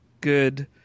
good